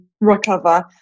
recover